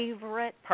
favorite